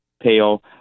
pale